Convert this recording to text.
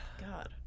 God